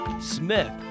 Smith